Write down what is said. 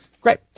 great